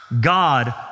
God